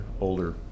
older